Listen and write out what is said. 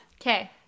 Okay